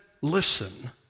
listen